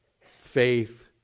faith